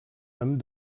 amb